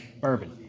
bourbon